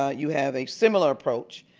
ah you have a similar approach.